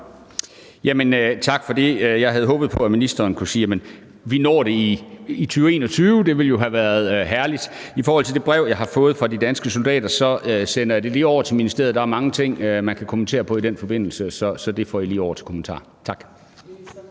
(KF): Tak for det. Jeg havde håbet på, at ministeren kunne sige, at vi når det i 2021. Det ville jo have været herligt. Det brev, jeg har fået fra de danske soldater, sender jeg lige over til ministeriet. Der er mange ting, man kan kommentere på i den forbindelse. Så det får I lige over til kommentar. Tak.